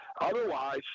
Otherwise